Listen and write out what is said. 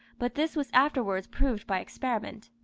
but this was afterwards proved by experiment.